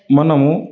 మనము